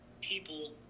people